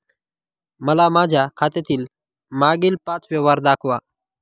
मला माझ्या खात्यातील मागील पांच व्यवहार दाखवा